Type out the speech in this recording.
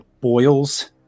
boils